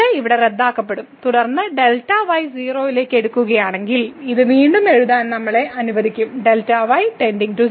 ഇത് ഇവിടെ റദ്ദാക്കപ്പെടും തുടർന്ന് 0 ലേക്ക് എടുക്കുകയാണെങ്കിൽ ഇത് വീണ്ടും എഴുതാൻ നമ്മളെ അനുവദിക്കും Δy → 0